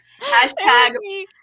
Hashtag